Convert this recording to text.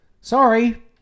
Sorry